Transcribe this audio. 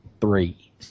three